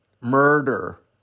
murder